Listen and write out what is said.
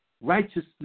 righteousness